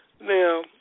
Now